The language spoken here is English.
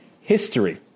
history